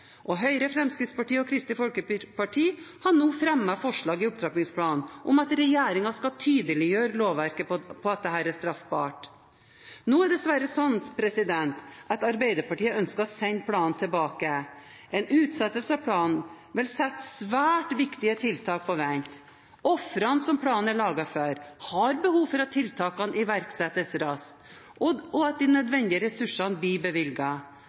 og Høyre, Fremskrittspartiet og Kristelig Folkeparti har nå fremmet forslag i opptrappingsplanen om at regjeringen skal tydeliggjøre lovverket på at dette er straffbart. Nå er det dessverre slik at Arbeiderpartiet ønsker å sende planen tilbake. En utsettelse av planen vil sette svært viktige tiltak på vent. Ofrene som planen er laget for, har behov for at tiltakene iverksettes raskt, og at de nødvendige ressursene blir